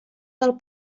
del